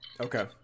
Okay